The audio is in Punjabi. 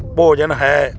ਭੋਜਨ ਹੈ